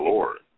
Lord